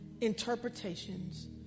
interpretations